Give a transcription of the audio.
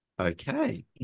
Okay